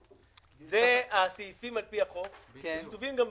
זה הסעיפים על-פי החוק שכתובים גם בחוק,